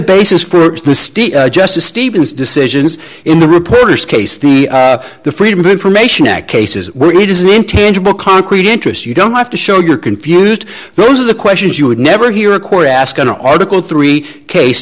for justice stevens decisions in the reporter's case the the freedom of information act cases where it is an intangible concrete interest you don't have to show you're confused those are the questions you would never hear a court ask an article three case